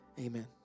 Amen